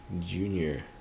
Junior